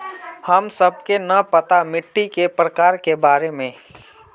हमें सबके न पता मिट्टी के प्रकार के बारे में?